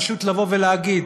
פשוט להגיד: